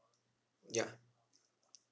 ya